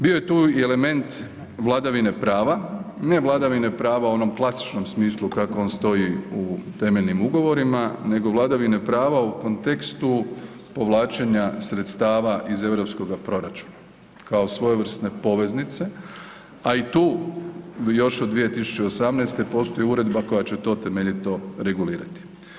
Bio je tu i element vladavine prava, ne vladavine prava u onom klasičnom smislu kako on stoji u temeljnim ugovorima, nego vladavine prava u kontekstu povlačenja sredstava iz EU proračuna, kao svojevrsne poveznice, a i tu još od 2018. postoji uredba koja će to temeljito regulirati.